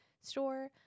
store